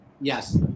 Yes